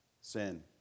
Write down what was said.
sin